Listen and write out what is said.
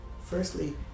firstly